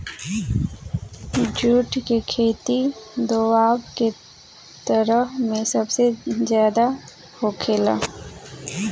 जुट के खेती दोवाब के तरफ में सबसे ज्यादे होखेला